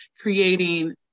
creating